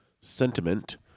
sentiment